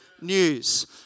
news